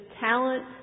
talent